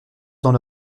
dans